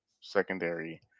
secondary